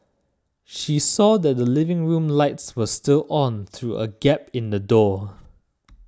she saw that the living room lights were still on through a gap in the door